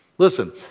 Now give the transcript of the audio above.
Listen